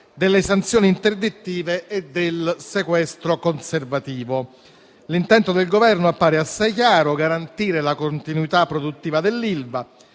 delle sanzioni interdittive e del sequestro conservativo. L'intento del Governo appare assai chiaro: garantire la continuità produttiva dell'Ilva,